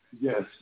Yes